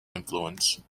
influence